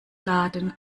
laden